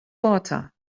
water